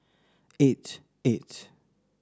eight eight